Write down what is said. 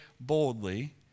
boldly